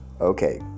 okay